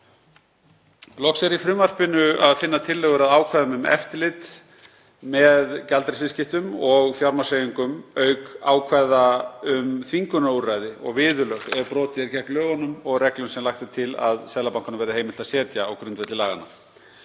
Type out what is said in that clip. Loks er í frumvarpinu að finna tillögur að ákvæðum um eftirlit með gjaldeyrisviðskiptum og fjármagnshreyfingum auk ákvæða um þvingunarúrræði og viðurlög ef brotið er gegn lögunum og reglum sem lagt er til að Seðlabankanum verði heimilt að setja á grundvelli laganna.